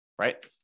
right